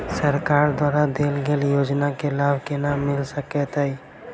सरकार द्वारा देल गेल योजना केँ लाभ केना मिल सकेंत अई?